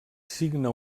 signa